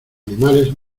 animales